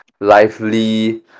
lively